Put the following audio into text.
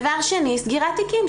דבר שני, סגירת תיקים.